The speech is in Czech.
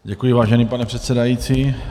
Děkuji, vážený pane předsedající.